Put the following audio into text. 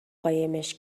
قایمش